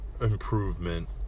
improvement